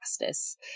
justice